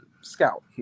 scout